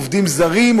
עובדים זרים,